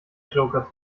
joker